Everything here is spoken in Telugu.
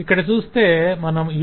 ఇక్కడ చూస్తే మనం UML 2